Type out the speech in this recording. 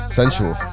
sensual